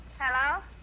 Hello